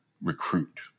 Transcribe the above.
recruit